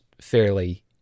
fairly